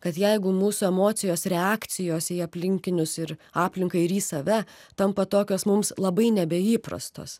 kad jeigu mūsų emocijos reakcijos į aplinkinius ir aplinką ir į save tampa tokios mums labai nebeįprastos